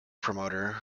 promoter